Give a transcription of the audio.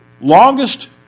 longest